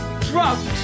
drugs